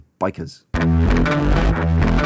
bikers